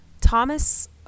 Thomas